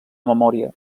memòria